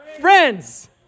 Friends